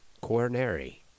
coronary